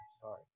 Sorry